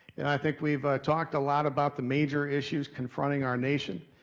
and i think we've talked a lot about the major issues confronting our nation.